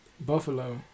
Buffalo